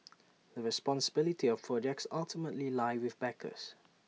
the responsibility of projects ultimately lie with backers